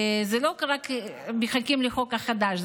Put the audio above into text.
זה לא רק כי מחכים לחוק החדש.